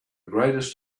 greatest